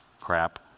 crap